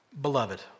Beloved